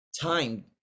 time